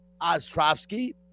Ostrovsky